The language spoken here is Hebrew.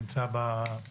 הוא נמצא בזום.